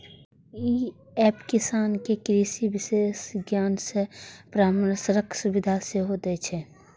ई app किसान कें कृषि विशेषज्ञ सं परामर्शक सुविधा सेहो दै छै